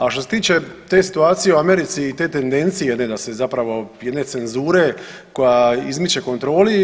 A što se tiče te situacije u Americi i te tendencije da se zapravo, jedne cenzure koja izmiče kontroli.